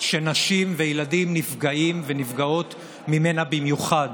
שנשים וילדים נפגעים ונפגעות ממנה במיוחד,